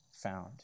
found